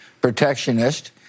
protectionist